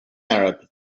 arab